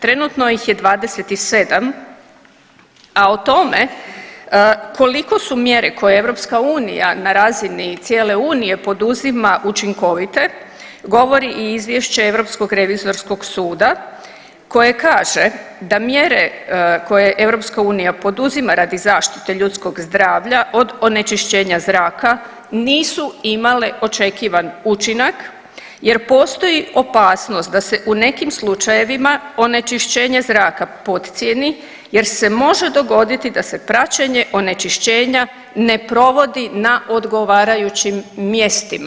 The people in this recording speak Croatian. Trenutno ih je 27, a o tome koliko su mjere koje EU na razini cijele Unije poduzima učinkovite, govori i Izvješće Europskog revizorskog suda koje kaže da mjere koje EU poduzima radi zaštite ljudskog zdravlja od onečišćenja zraka nisu imale očekivan učinak jer postoji opasnost da se u nekim slučajevima onečišćenje zraka podcijeni jer se može dogoditi da se praćenje onečišćenja ne provodi na odgovarajućim mjestima.